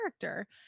character